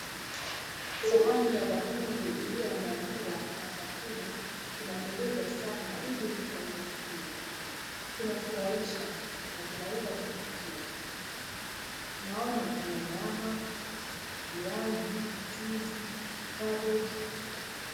Sahani ya bakuli iliyoandaliwa na chakula inapendeza sana ili mtu aweze kukula. Inafurahisha na kinaweza kuvutia. Tunaona kuna nyama, viazi, mchuzi, cabbage .